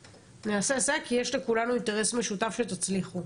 כי יש לכולנו אינטרס משותף שתצליחו.